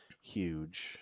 huge